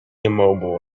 immobile